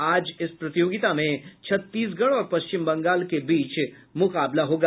आज इस प्रतियोगिता में छत्तीसगढ़ और पश्चिम बंगाल के बीच मुकाबला होगा